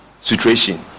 situation